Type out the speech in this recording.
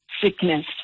sickness